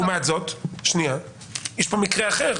לעומת זאת יש מקרה אחר